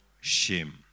shame